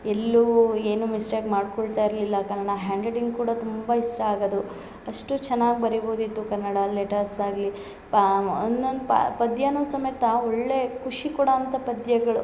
ಎಲ್ಲೂ ಏನು ಮಿಸ್ಟೇಕ್ ಮಾಡ್ಕೊಳ್ತಾ ಇರಲಿಲ್ಲ ಕನ್ನಡ ಹ್ಯಾಂಡ್ರೈಟಿಂಗ್ ಕೂಡ ತುಂಬ ಇಷ್ಟ ಆಗದು ಅಷ್ಟು ಚೆನ್ನಾಗಿ ಬರಿಬೌದು ಇತ್ತು ಕನ್ನಡ ಲೆಟರ್ಸ್ ಆಗಲಿ ಪಾಮ್ ಒನ್ನೊಂದು ಪದ್ಯನು ಸಮೇತ ಒಳ್ಳೆಯ ಖುಷಿ ಕೊಡೋವಂಥ ಪದ್ಯಗಳು